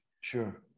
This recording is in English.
sure